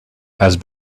has